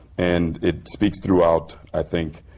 and it speaks throughout, i think,